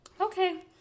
Okay